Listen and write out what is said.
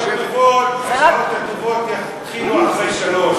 השעות הטובות יתחילו אחרי 03:00,